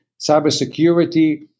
cybersecurity